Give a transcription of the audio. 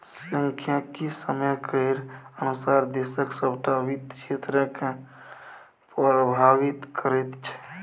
सांख्यिकी समय केर अनुसार देशक सभटा वित्त क्षेत्रकेँ प्रभावित करैत छै